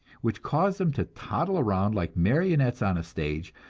which cause them to toddle around like marionettes on a stage,